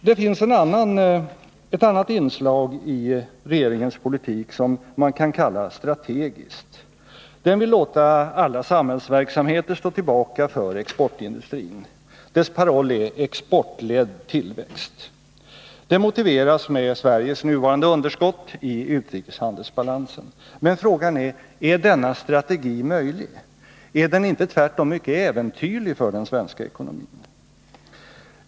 Det finns ett annat inslag i regeringens politik som man kan kalla strategiskt. Det vill låta alla samhällsverksamheter stå tillbaka för exportindustrin. Dess paroll är exportledd tillväxt. Det motiveras med Sveriges nuvarande underskott i utrikeshandelsbalansen. Men frågan är: Är denna strategi möjlig? Är den inte tvärtom mycket äventyrlig för den svenska ekonomin?